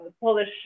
Polish